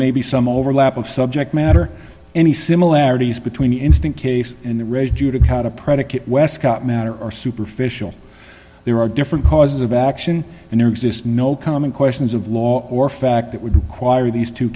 may be some overlap of subject matter any similarities between the instant case and the predicate wescott matter are superficial there are different causes of action and there exist no common questions of law or fact that would require these two